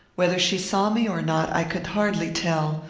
whether she saw me or not, i could hardly tell,